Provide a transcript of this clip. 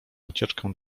ucieczkę